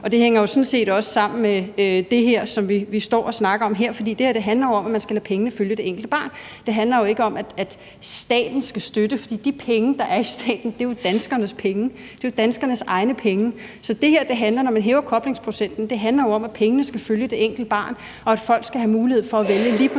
og det hænger jo sådan set også sammen med det, som vi står og snakker om her, for det handler om, at man skal lade pengene følge det enkelte barn; det handler jo ikke om, at staten skal støtte, for de penge, der er i staten, er danskernes penge – det er jo danskernes egne penge. Så det her handler om, altså når man hæver koblingsprocenten, at pengene skal følge det enkelte barn, og at folk skal have mulighed for at vælge lige